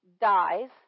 dies